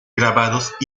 grabados